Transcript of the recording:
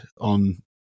on